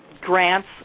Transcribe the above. grants